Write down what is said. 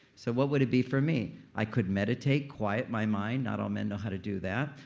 so what would it be for me? i could meditate, quiet my mind. not all men know how to do that.